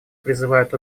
призывает